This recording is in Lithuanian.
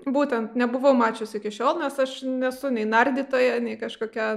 būtent nebuvau mačiusi iki šiol nes aš nesu nei nardytoja nei kažkokia